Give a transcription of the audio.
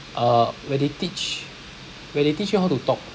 uh where they teach where they teach you how to talk